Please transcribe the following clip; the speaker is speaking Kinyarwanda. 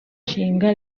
nshinga